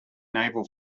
naval